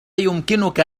يمكنك